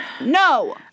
no